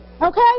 Okay